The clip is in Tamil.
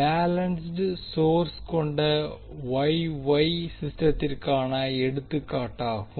பேலன்ஸ்ட் சோர்ஸ் கொண்ட வொய் வொய் சிஸ்டத்திற்கான எடுத்துக்காட்டாகும்